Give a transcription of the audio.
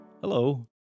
Hello